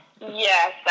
Yes